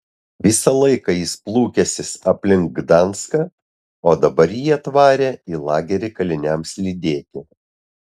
visą laiką jis plūkęsis aplink gdanską o dabar jį atvarę į lagerį kaliniams lydėti